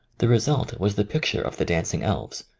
the result was the picture of the dancing elves,